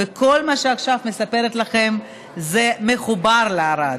וכל מה שאני עכשיו מספרת לכם מחובר לערד.